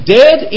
dead